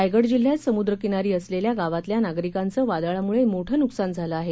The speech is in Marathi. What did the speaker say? रायगड जिल्ह्यात समुद्र किनारी असलेल्या गावातल्या नागरिकांचं वादळामुळे मोठं नुकसान झालं आहे